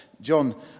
John